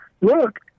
look